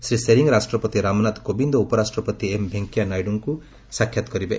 ଶ୍ରୀ ଶେରି ରାଷ୍ଟ୍ରପତି ରାମନାଥ କୋବିନ୍ଦ ଓ ଉପରାଷ୍ଟ୍ରପତି ଏମ୍ ଭେଙ୍କେୟା ନାଇଡୁଙ୍କୁ ସାକ୍ଷାତ କରିବେ